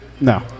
No